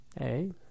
-A